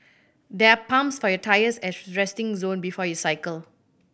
there are pumps for your tyres at the resting zone before you cycle